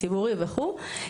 ציבורי וכו'.